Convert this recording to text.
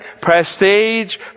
prestige